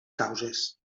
causes